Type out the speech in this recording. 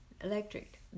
electric